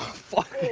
fuck!